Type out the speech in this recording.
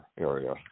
area